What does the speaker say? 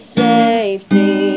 safety